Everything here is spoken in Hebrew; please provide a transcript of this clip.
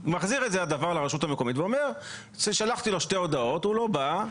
הדוור מחזיר את זה לרשות המקומית ואומר שלחתי לו שתי הודעות והוא לא בא,